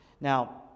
Now